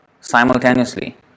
simultaneously